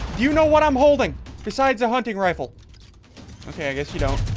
you know what? i'm holding besides a hunting rifle okay, i guess you don't